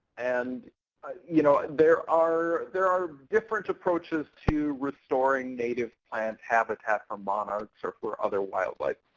and you know there are there are different approaches to restoring native plant habitats for monarchs or for other wildlife.